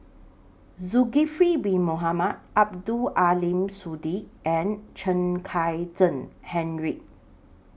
Zulkifli Bin Mohamed Abdul Aleem Siddique and Chen Kezhan Henri